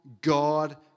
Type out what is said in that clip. God